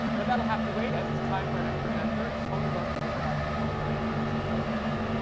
but that'll have to wait as it's time for our next presenter. it's sloane burke of the department of health sciences. so, sloane?